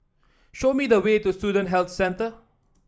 show me the way to Student Health Centre